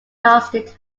lasted